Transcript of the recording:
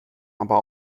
aber